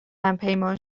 همپیمان